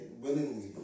willingly